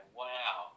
wow